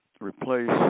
replace